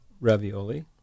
ravioli